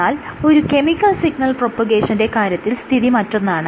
എന്നാൽ ഒരു chemical signal പ്രൊപഗേഷന്റെ കാര്യത്തിൽ സ്ഥിതി മറ്റൊന്നാണ്